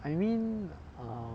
I mean err